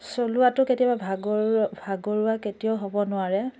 চলোৱাটো কেতিয়াবা ভাগৰু ভাগৰুৱা কেতিয়াও হ'ব নোৱাৰে